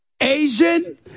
Asian